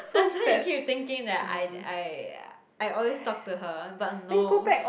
that's why they keep thinking that I I I always talk to her but no